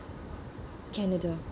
canada